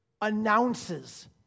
announces